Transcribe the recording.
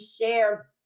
share